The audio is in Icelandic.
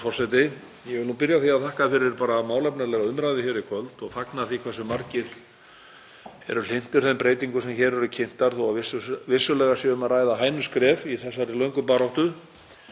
Ég vil byrja á að þakka fyrir málefnalega umræðu í kvöld og fagna því hversu margir eru hlynntir þeim breytingum sem hér eru kynntar þó að vissulega sé um að ræða hænuskref í þessari löngu baráttu.